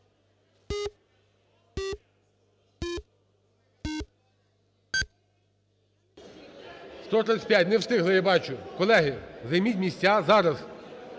За-135 Не встигли, я бачу. Колеги, займіть місця. Зараз